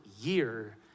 year